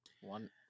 one